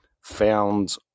found